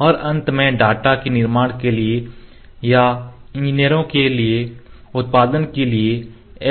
और अंत में डाटा को निर्माण के लिए या इंजीनियरों के लिए उत्पादन के लिए